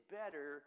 better